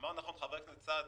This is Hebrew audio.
אמר נכון חבר הכנסת סעדי,